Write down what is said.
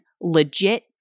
legit